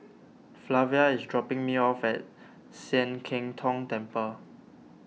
Flavia is dropping me off at Sian Keng Tong Temple